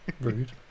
Rude